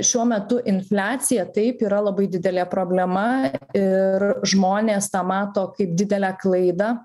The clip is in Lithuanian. šiuo metu infliacija taip yra labai didelė problema ir žmonės tą mato kaip didelę klaidą